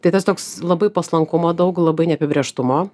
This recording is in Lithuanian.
tai tas toks labai paslankumo daug labai neapibrėžtumo